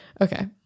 Okay